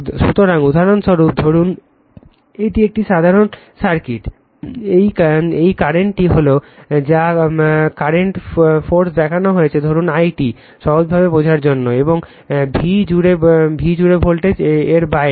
সুতরাং উদাহরণস্বরূপ ধরুন এটি একটি সাধারণ সার্কিট এই কারেন্টটি হলো যা কারেন্ট সোর্স দেখানো হয়েছে ধরুন i t সহজভাবে বোঝার জন্য এবং v জুড়ে ভোল্টেজ এর বাইরেও